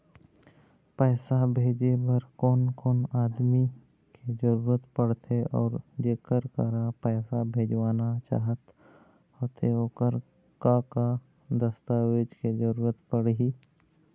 पैसा भेजे बार कोन कोन आदमी के जरूरत पड़ते अऊ जेकर करा पैसा भेजवाना चाहत होथे ओकर का का दस्तावेज के जरूरत पड़ही?